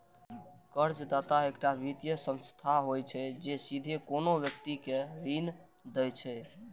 कर्जदाता एकटा वित्तीय संस्था होइ छै, जे सीधे कोनो व्यक्ति कें ऋण दै छै